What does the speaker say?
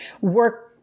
work